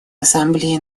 ассамблее